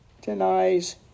denies